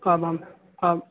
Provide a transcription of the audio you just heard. आम् आम् आम्